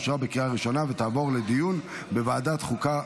לוועדת החוקה,